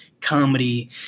comedy